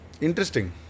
Interesting